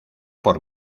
por